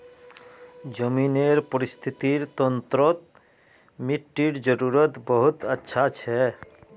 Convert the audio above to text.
ज़मीनेर परिस्थ्तिर तंत्रोत मिटटीर जरूरत बहुत ज़्यादा छे